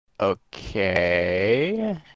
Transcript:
okay